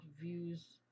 views